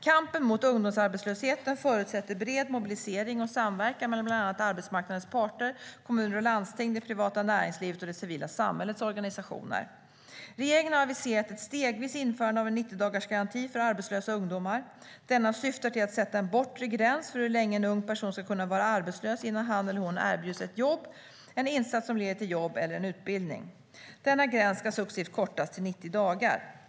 Kampen mot ungdomsarbetslösheten förutsätter bred mobilisering och samverkan mellan bland annat arbetsmarknadens parter, kommuner och landsting, det privata näringslivet och det civila samhällets organisationer. Regeringen har aviserat ett stegvis införande av en 90-dagarsgaranti för arbetslösa ungdomar. Denna syftar till att sätta en bortre gräns för hur länge en ung person ska kunna vara arbetslös innan han eller hon erbjuds ett jobb, en insats som leder till jobb eller en utbildning. Denna gräns ska successivt kortas till 90 dagar.